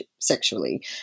sexually